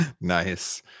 Nice